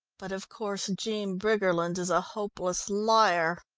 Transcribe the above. but, of course, jean briggerland is a hopeless liar!